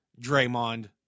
Draymond